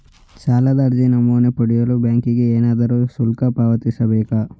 ಸಾಲದ ಅರ್ಜಿ ನಮೂನೆ ಪಡೆಯಲು ಬ್ಯಾಂಕಿಗೆ ಏನಾದರೂ ಶುಲ್ಕ ಪಾವತಿಸಬೇಕೇ?